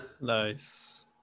Nice